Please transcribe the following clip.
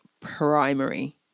primary